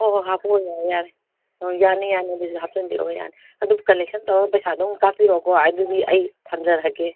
ꯍꯣꯏ ꯍꯣꯏ ꯍꯥꯄꯛꯑꯣ ꯌꯥꯔꯦ ꯑꯣ ꯌꯥꯅꯤ ꯌꯥꯅꯤ ꯑꯗꯨꯁꯨ ꯍꯥꯞꯆꯟꯕꯤꯔꯛꯑꯣ ꯌꯥꯅꯤ ꯑꯗꯨ ꯀꯂꯦꯛꯁꯟ ꯇꯧꯔꯒ ꯄꯩꯁꯥꯗꯣ ꯑꯃꯨꯛ ꯀꯥꯞꯄꯤꯔꯛꯑꯣꯀꯣ ꯑꯗꯨꯗꯤ ꯑꯩ ꯊꯝꯖꯔꯒꯦ